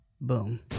boom